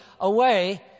away